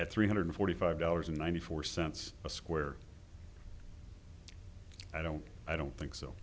at three hundred forty five dollars and ninety four cents a square i don't i don't think so